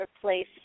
place